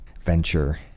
venture